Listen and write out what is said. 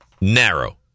narrow